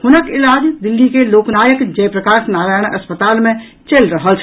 हुनक इलाज दिल्ली के लोक नायक जयप्रकाश नारायण अस्पताल मे चलि रहल छल